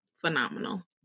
phenomenal